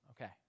Okay